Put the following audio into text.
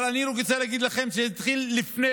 אבל אני רק רוצה להגיד לכם: זה התחיל לפני,